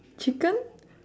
chicken